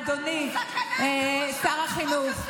אדוני שר החינוך,